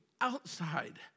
outside